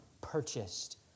purchased